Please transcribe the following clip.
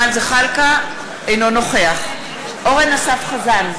אינו נוכח אורן אסף חזן,